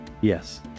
Yes